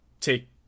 take